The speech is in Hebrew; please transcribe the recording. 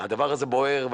הדבר הזה בוער.